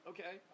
Okay